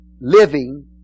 living